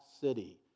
city